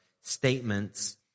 statements